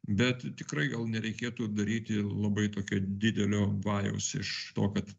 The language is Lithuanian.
bet tikrai gal nereikėtų daryti labai tokio didelio bajaus iš to kad